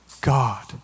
God